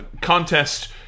Contest